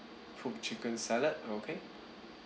cooked chicken salad okay